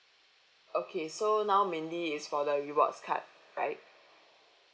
okay so now mainly is for the rewards card right